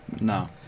No